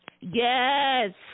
Yes